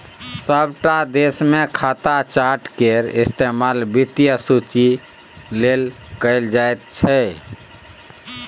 सभटा देशमे खाता चार्ट केर इस्तेमाल वित्तीय सूचीक लेल कैल जाइत छै